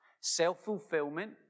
Self-fulfillment